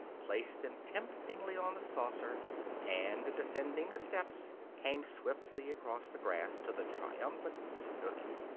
placed them temptingly on the saucer and, descending the steps, came swiftly across the grass to the triumphant snooky.